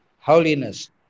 holiness